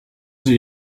sie